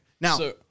Now